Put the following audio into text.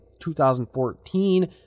2014